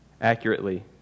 accurately